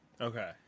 Okay